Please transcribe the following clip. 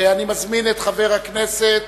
אני מזמין את חבר הכנסת